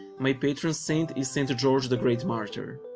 my patron saint is st. george the great martyr.